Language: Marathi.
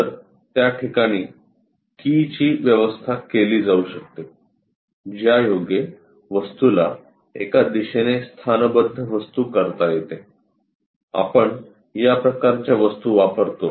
तर त्या ठिकाणी कि ची व्यवस्था केली जाऊ शकते ज्यायोगे वस्तूला एका दिशेने स्थानबद्ध वस्तू करता येते आपण या प्रकारच्या वस्तू वापरतो